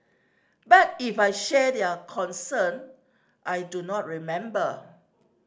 but if I shared their concern I do not remember